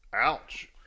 Ouch